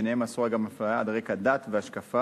וביניהם אסורה גם אפליה על רקע דת והשקפה,